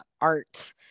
art